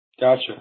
Gotcha